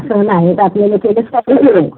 सण आहे तर आपल्याला केकच कापू